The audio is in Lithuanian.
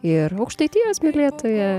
ir aukštaitijos mylėtoja